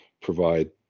provide